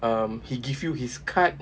um he give you his card